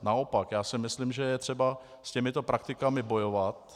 Naopak si myslím, že je třeba s těmito praktikami bojovat.